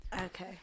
Okay